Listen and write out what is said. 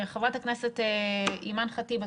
חברת הכנסת אימאן ח'טיב יאסין,